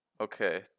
Okay